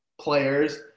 players